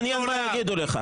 מעניין מה יגידו לך.